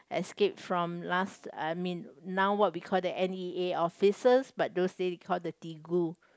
escape from last I mean now what we call the n_e_a officers but those days they call the ti-gu